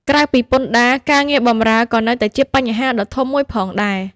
ក្រៅពីពន្ធដារ ការងារបម្រើ ក៏នៅតែជាបញ្ហាដ៏ធំមួយផងដែរ។